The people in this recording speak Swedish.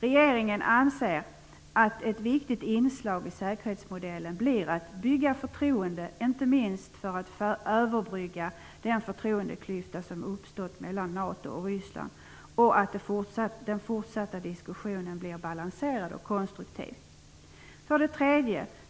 Regeringen anser att ett viktigt inslag i säkerhetsmodellen blir att bygga förtroende, inte minst för att överbrygga den förtroendeklyfta som nu uppstått mellan NATO och Ryssland. Viktigt är också att den fortsatta diskussionen blir balanserad och konstruktiv. 3.